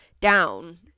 down